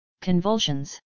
convulsions